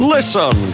Listen